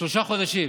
לשלושה חודשים.